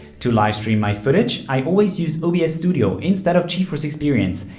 to livestream my footage i always use obs studio instead of geforce experience,